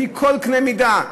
לפי כל קנה מידה,